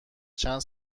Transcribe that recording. چند